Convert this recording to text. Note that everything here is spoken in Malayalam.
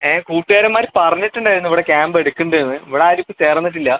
ഏ കൂട്ടുകാരന്മാർ പറഞ്ഞിട്ടുണ്ടായിരുന്നു ഇവിടെ ക്യാമ്പ് എടുക്കുന്നുണ്ടെന്ന് ഇവിടെ ആരും ഇപ്പോൾ ചേർന്നിട്ടില്ല